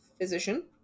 physician